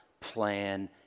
plan